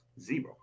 Zero